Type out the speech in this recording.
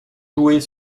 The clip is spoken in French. jouer